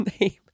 name